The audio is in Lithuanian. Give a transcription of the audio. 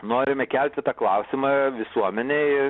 norime kelti tą klausimą visuomenėj